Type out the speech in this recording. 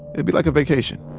it'd be like a vacation